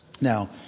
now